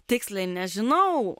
tiksliai nežinau